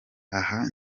aha